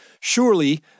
surely